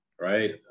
Right